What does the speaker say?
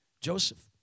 Joseph